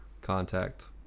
contact